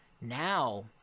now